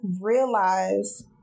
realize